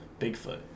Bigfoot